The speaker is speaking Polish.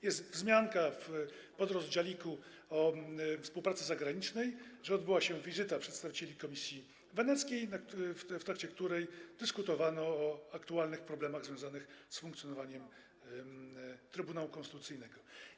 Jest wzmianka w podrozdzialiku o współpracy zagranicznej, że odbyła się wizyta przedstawicieli Komisji Weneckiej, w trakcie której dyskutowano o aktualnych problemach związanych z funkcjonowaniem Trybunału Konstytucyjnego.